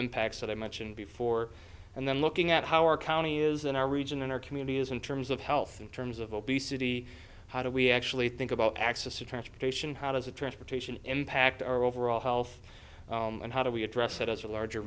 impacts that i might and before and then looking at how our county is in our region and our community is in terms of health in terms of obesity how do we actually think about access to transportation how does the transportation impact our overall health and how do we address it as a larger